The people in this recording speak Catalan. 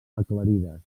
aclarides